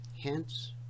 hence